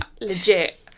legit